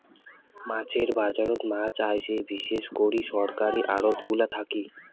মাছের বাজারত মাছ আইসে বিশেষ করি সরকারী আড়তগুলা থাকি